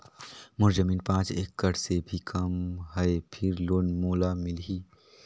मोर जमीन पांच एकड़ से भी कम है फिर लोन मोला मिलही?